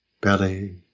belly